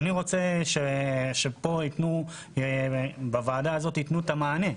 אני רוצה שבוועדה הזאת ייתנו את המענה.